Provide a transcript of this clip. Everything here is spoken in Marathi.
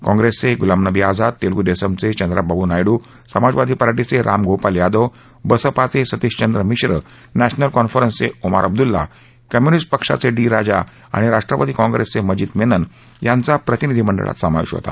काँप्रेसचे गुलाम नबी आझाद तेलगू देसमचे चंद्राबाबू नायडू समाजवादी पार्टीचे राम गोपाल यादव बसपाचे सतीशचंद्र मिश्र नॅशनल कॉन्फरन्सचे ओमार अब्दुल्ला कम्युनिस्ट पक्षाचे डी राजा आणि राष्ट्रवादी कॉंप्रेसचे मजीद मेनन यांचा प्रतिनिधी मंडळात समावेश होता